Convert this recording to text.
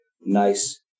nice